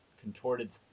contorted